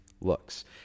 looks